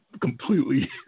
completely